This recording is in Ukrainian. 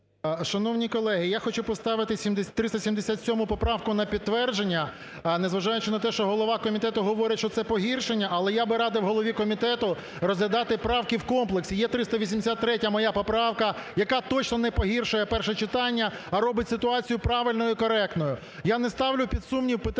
Шановні колеги, я хочу поставити 377 поправку на підтвердження. Незважаючи на те, що голова комітету говорить, що це погіршення, але я би радив голові комітету розглядати правки в комплексі. Є 383 моя поправка, яка точно не погіршує перше читання, а робить ситуацію правильною і коректною. Я не ставлю під сумнів питання